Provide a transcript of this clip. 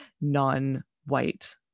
non-white